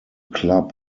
club